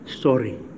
sorry